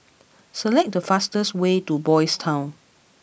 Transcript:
select the fastest way to Boys' Town